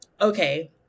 okay